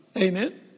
Amen